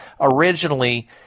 originally